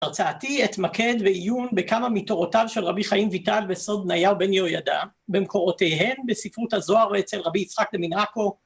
בהרצאתי אתמקד בעיון בכמה מתורותיו של רבי חיים ויטל בסוד בניהו בן יהוידע במקורותיהם, בספרות הזוהר ואצל רבי יצחק דמין עכו